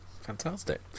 fantastic